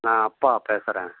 நான் அப்பா பேசுகிறேன்